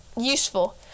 useful